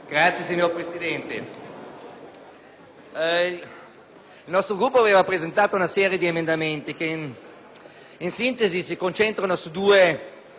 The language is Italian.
il nostro Gruppo ha presentato una serie di emendamenti che, in sintesi, si concentrano su due forti richieste